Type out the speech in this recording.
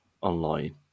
online